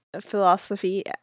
philosophy